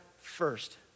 first